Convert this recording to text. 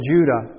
Judah